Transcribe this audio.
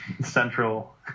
central